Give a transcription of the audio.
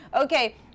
okay